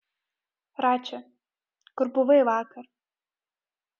rači kur buvai vakar